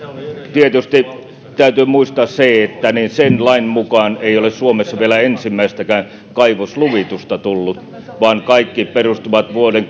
tietysti täytyy muistaa se että sen lain mukaan ei ole suomessa vielä ensimmäistäkään kaivosluvitusta tullut vaan kaikki perustuvat vuoden